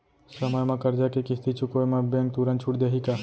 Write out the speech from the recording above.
समय म करजा के किस्ती चुकोय म बैंक तुरंत छूट देहि का?